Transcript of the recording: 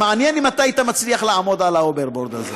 מעניין אם אתה היית מצליח לעמוד על ההוברבורד הזה.